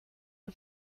are